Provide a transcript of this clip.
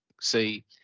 see